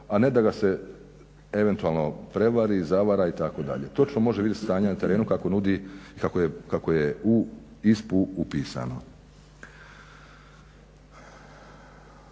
a ne da ga se eventualno prevari, zavara itd. Točno može vidjeti stanje na terenu kako nudi i kako